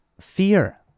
fear